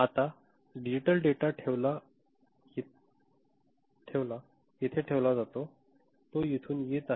आता digital data ठेवला येथे ठेवला जातो तो येथून येत आहे